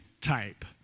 type